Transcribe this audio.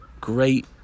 great